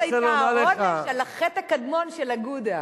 ש"ס היתה העונש על החטא הקדמון של "אגודה".